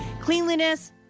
Cleanliness